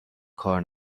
کار